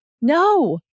no